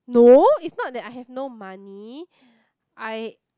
no it's not that I have no money I